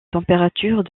températures